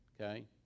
okay